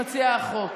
מציע החוק.